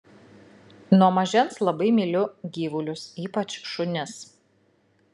nuo mažens labai myliu gyvulius ypač šunis